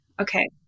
Okay